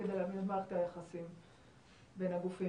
כדי להבין את מערכת היחסים בין הגופים.